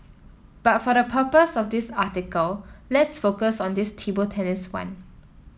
but for the purpose of this article let's focus on this table tennis one